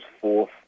fourth